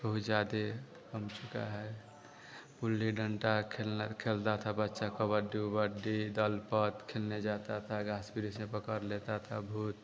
बहुत ज़्यादा कम चुका है गुल्ली डंडा खेलना खेलते थे बच्चे कबड्डी उबड्डी दलपत खेलने जाते थे रास्ते से जैसे पकड़ लेते थे भूत